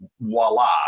voila